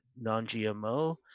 non-GMO